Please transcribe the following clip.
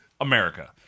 America